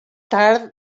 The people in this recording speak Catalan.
tard